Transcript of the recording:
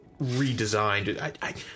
redesigned